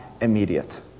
immediate